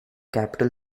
capital